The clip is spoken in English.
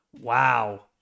Wow